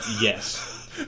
Yes